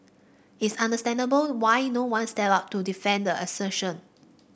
it's understandable why no one stepped up to defend the assertion